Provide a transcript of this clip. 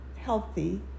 healthy